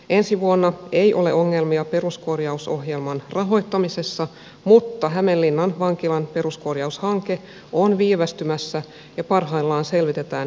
ensi vuonna ei ole ongelmia peruskorjausohjelman rahoittamisessa mutta hämeenlinnan vankilan peruskorjaushanke on viivästymässä ja parhaillaan selvitetään hankkeen rahoitustilannetta